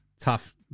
tough